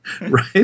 Right